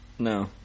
No